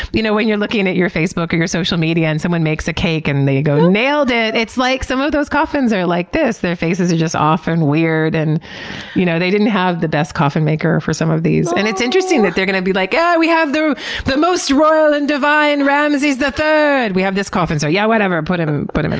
you know, when you're looking at your facebook or your social media and someone makes a cake and they go nailed it! it's like some of those coffins are like this, their faces are just off, and weird, and you know, they didn't have the best coffin maker for some of these. and it's interesting that they're going to be like, yeah, we have the most royal and divine ramses the third! we have this coffin, so yeah, whatever, put him but him in